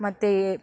ಮತ್ತು